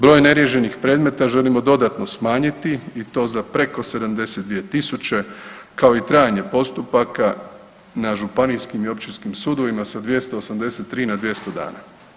Broj neriješenih predmeta želimo dodatno smanjiti i to za preko 72 000 kao i trajanje postupaka na županijskim i općinskim sudovima sa 283 na 200 dana.